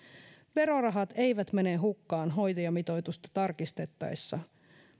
verorahat eivät mene hukkaan hoitajamitoitusta tarkistettaessa